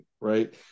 right